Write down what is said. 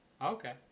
Okay